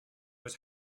was